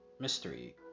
mystery